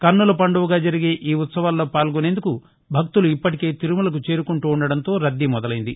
కన్నుల పండువగా జరిగే ఈ ఉత్సవాల్లో పాల్గొనేందుకు భక్తులు ఇప్పటికే తిరుమలకు చేరుకుంటూ ఉండడంతో రద్దీ మొదలైంది